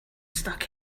stuck